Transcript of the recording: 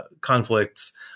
conflicts